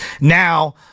Now